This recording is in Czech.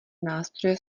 nástroje